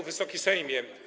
Wysoki Sejmie!